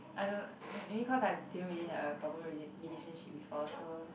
I know maybe cause I didn't really have a proper rela~ relationship before so